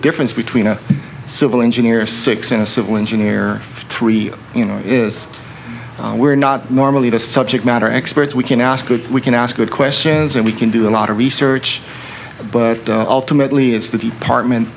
difference between a civil engineer six in a civil engineer three you know is we're not normally the subject matter experts we can ask good we can ask good questions and we can do a lot of research but ultimately it's the department